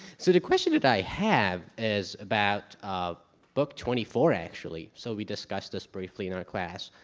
so the question that i have is about um book twenty four, actually. so we discussed this briefly in our class.